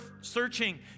searching